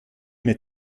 mit